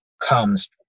comes